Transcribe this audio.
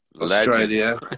australia